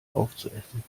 aufzuessen